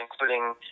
including